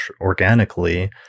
organically